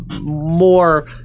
more